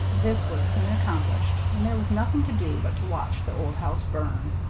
this was soon accomplished, and there was nothing to do but to watch the old house burn.